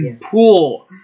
pool